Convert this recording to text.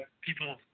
people